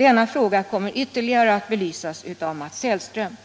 Denna fråga kommer ytterligare att belysas av Mats Hellström.